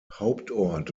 hauptort